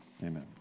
amen